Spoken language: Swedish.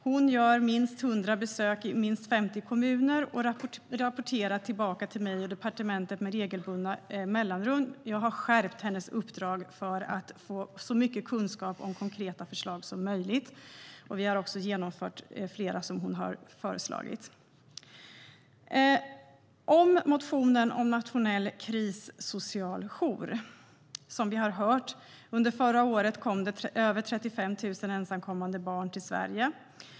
Hon gör minst 100 besök i minst 50 kommuner och rapporterar tillbaka till mig och departementet med regelbundna mellanrum. Jag har skärpt hennes uppdrag för att få så mycket kunskap om konkreta förslag som möjligt. Vi har också genomfört flera av hennes förslag. När det gäller motionen om en nationell krissocialjour kom det, som vi har hört, förra året 35 000 ensamkommande barn till Sverige.